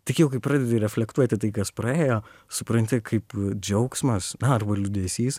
tik jau kai pradedi reflektuoti tai kas praėjo supranti kaip džiaugsmas na arba liūdesys